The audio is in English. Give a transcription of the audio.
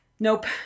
Nope